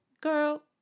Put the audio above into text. Girl